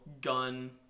gun